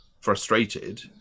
frustrated